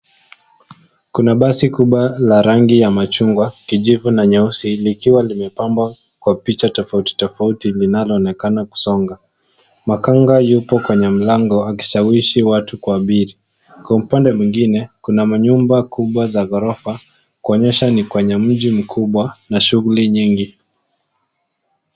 Kuna basi kubwa la rangi ya machungwa kijivu na nyeusi likiwa limepambwa kwa picha tofauti tofauti linalo onekana kusonga. Makanga yupo kwenye mlango akishawishi watu kuabiri. Kwa upande mwingine kuna manyumba kubwa za gorofa kuonyesha ni kwenye mji mkubwa na shughuli nyingi.